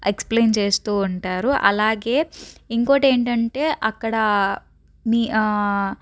explain చేస్తూ ఉంటారు అలాగే ఇంకోటి ఏంటంటే అక్కడా మీ